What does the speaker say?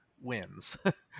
wins